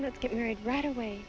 let's get married right away